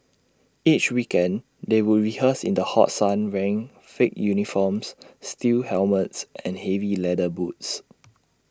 each weekend they would rehearse in the hot sun wearing thick uniforms steel helmets and heavy leather boots